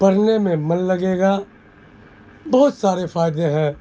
پڑھنے میں من لگے گا بہت سارے فائدے ہیں